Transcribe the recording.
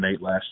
last